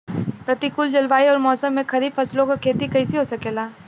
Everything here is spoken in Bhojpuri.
प्रतिकूल जलवायु अउर मौसम में खरीफ फसलों क खेती कइसे हो सकेला?